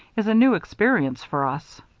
is a new experience for us.